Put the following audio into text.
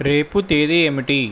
రేపు తేదీ ఏమిటి